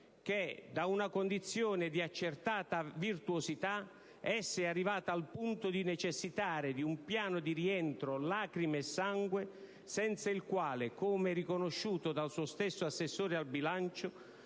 che, da una condizione di accertata virtuosità, essa è arrivata al punto di necessitare di un piano di rientro «lacrime e sangue», senza il quale - come riconosciuto dal suo stesso assessore al bilancio